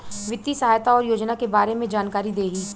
वित्तीय सहायता और योजना के बारे में जानकारी देही?